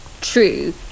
true